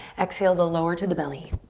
exhale to lower to the belly.